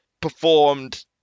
performed